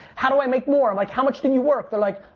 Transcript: how do i make more? i'm like, how much did you work? they're like,